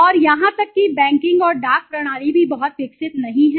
और यहां तक कि बैंकिंग और डाक प्रणाली भी बहुत विकसित नहीं है